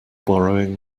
borrowing